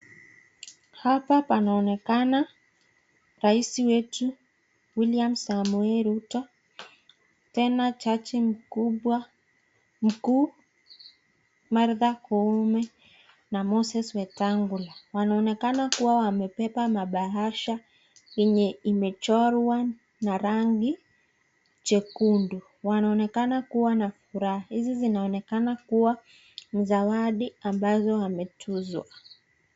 Hapa panaoneka rais wetu william Samoe Ruto tena jaji mkuu Martha Koome na Moses Wentangula. Wanaonekana kuwa wamebeba mabahasha yenye imechorwa na rangi nyekundu. Wanaoneka kuwa na furaha, hizi zinaonekana kuwa ni zawadi ambazo wametuzwa.